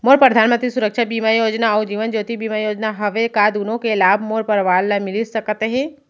मोर परधानमंतरी सुरक्षा बीमा योजना अऊ जीवन ज्योति बीमा योजना हवे, का दूनो के लाभ मोर परवार ल मिलिस सकत हे?